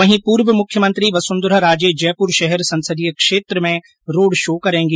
वहीं पूर्व मुख्यमंत्री वसुंधरा राजे जयपुर शहर संसदीय क्षेत्र में रोड शो करेंगी